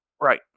Right